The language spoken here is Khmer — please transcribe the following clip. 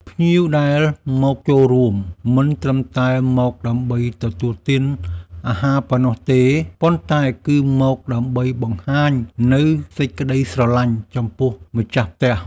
ភ្ញៀវដែលមកចូលរួមមិនត្រឹមតែមកដើម្បីទទួលទានអាហារប៉ុណ្ណោះទេ ប៉ុន្តែគឺមកដើម្បីបង្ហាញនូវសេចក្តីស្រឡាញ់ចំពោះម្ចាស់ផ្ទះ។